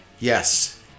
Yes